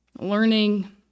learning